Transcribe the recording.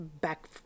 back